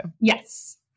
Yes